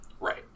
Right